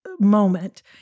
moment